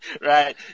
Right